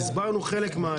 הסברנו חלק מהעלייה.